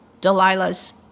Delilah's